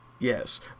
Yes